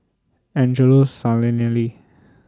Angelo Sanelli